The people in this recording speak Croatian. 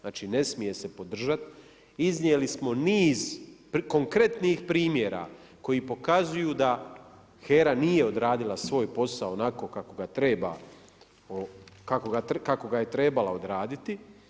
Znači ne smije se podržati, iznijeli smo niz konkretnih primjera koji pokazuju da HERA nije odradila svoj posao onako kako ga je trebala odraditi.